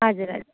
हजुर हजुर